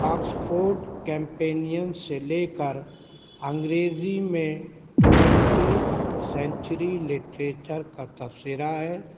Oxford companion سے لے کر انگریزی میں ٹونٹی سنچری لٹریچر کا تبصرہ ہے